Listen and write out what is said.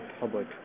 public